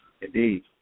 Indeed